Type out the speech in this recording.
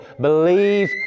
Believe